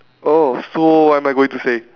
oh so what am I going say